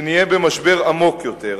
שנהיה במשבר עמוק יותר.